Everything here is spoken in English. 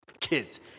kids